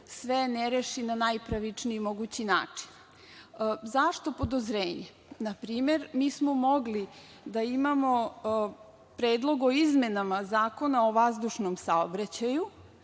sve ne reši na najpravičniji mogući način.Zašto podozrenje? Na primer, mi smo mogli da imamo predlog o izmenama Zakona o vazdušnom saobraćaju